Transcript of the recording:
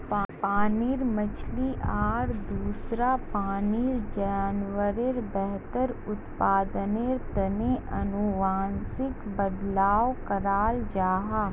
पानीर मछली आर दूसरा पानीर जान्वारेर बेहतर उत्पदानेर तने अनुवांशिक बदलाव कराल जाहा